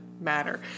matter